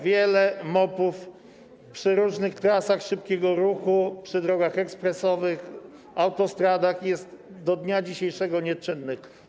Wiele MOP-ów przy różnych trasach szybkiego ruchu, przy drogach ekspresowych, autostradach jest do dnia dzisiejszego nieczynnych.